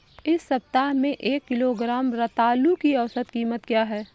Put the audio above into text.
इस सप्ताह में एक किलोग्राम रतालू की औसत कीमत क्या है?